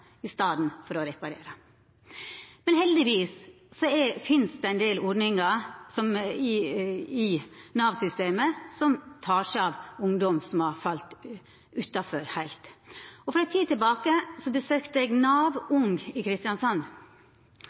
i staden for å reparera. Men heldigvis finst det ein del ordningar i Nav-systemet som tek seg av ungdom som har falle heilt utanfor. For ei tid tilbake besøkte eg Nav Ung i Kristiansand.